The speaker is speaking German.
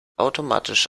automatisch